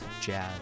jazz